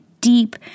deep